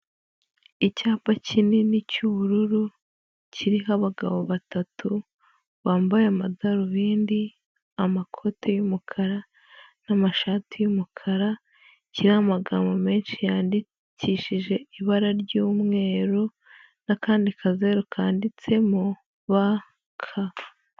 Icyapa kinini cy'ubururu kiriho abagabo batatu bambaye amadarubindi, amakoti y'umukara, n'amashati y'umukara, kiriho amagambo menshi yandikishije ibara ry'umweru, n'akandi kazeru kanditsemo ba ka.